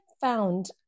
found